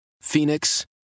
Phoenix